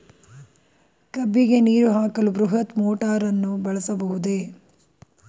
ಕಬ್ಬಿಗೆ ನೀರು ಹಾಕಲು ಬೃಹತ್ ಮೋಟಾರನ್ನು ಬಳಸಬಹುದೇ?